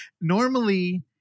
Normally